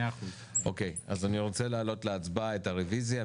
אז אני רוצה להעלות להצבעה את הרביזיה.